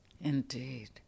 Indeed